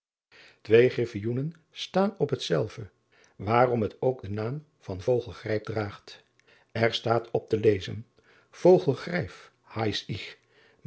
wee griffioenen staan op hetzelve waarom het ook den naam van ogel rijp draagt r staat op te lezen ogel